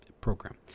program